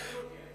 כולל טורקיה.